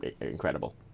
incredible